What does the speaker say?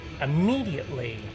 Immediately